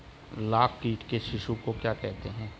लाख कीट के शिशु को क्या कहते हैं?